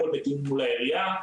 הכול בתיאום עם העירייה.